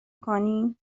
کنیم